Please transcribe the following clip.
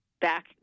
back